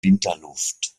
winterluft